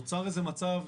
נוצר איזה מצב,